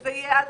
שזה יהיה על